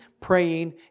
praying